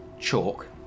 chalk